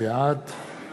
בעד